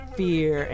fear